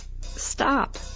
Stop